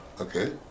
Okay